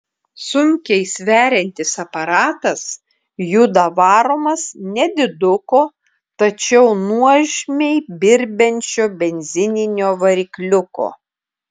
sunkiai sveriantis aparatas juda varomas nediduko tačiau nuožmiai birbiančio benzininio varikliuko